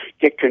get